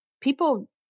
people